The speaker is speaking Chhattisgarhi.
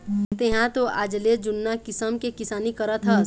तेंहा तो आजले जुन्ना किसम के किसानी करत हस